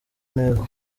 neza